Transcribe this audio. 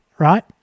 Right